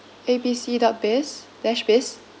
A B C dot biz dash biz